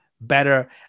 better